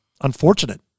unfortunate